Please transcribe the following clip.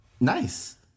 nice